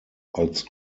als